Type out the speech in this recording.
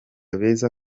beza